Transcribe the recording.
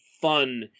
fun